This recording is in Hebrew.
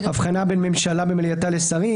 הבחנה בין ממשלה במליאתה לשרים,